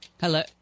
Hello